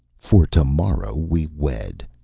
for tomorrow we wed,